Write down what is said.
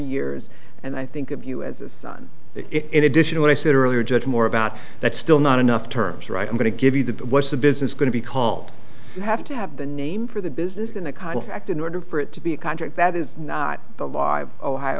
years and i think of you as a son in addition to what i said earlier judge more about that still not enough terms right i'm going to give you the what's the business going to be called you have to have the name for the business in a contract in order for it to be a contract that is not a live ohio